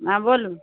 हँ बोलू